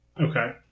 Okay